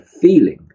feeling